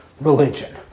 religion